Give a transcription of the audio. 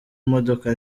imodoka